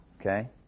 okay